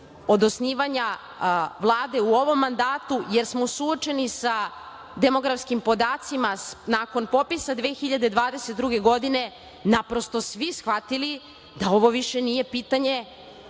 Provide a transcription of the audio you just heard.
od osnivanja Vlade u ovom mandatu jer smo suočeni sa demografskim podacima nakon popisa 2022. godine naprosto svi shvatili da ovo više nije pitanje